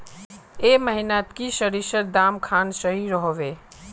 ए महीनात की सरिसर दाम खान सही रोहवे?